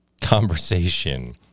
conversation